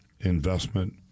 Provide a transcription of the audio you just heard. investment